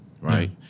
Right